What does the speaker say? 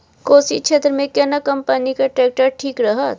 कोशी क्षेत्र मे केना कंपनी के ट्रैक्टर ठीक रहत?